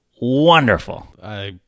wonderful